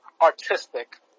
artistic